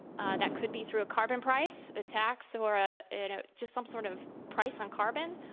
ah that could be through a carbon price, a tax or ah and ah just some sort of price on carbon.